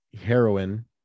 heroin